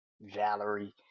Valerie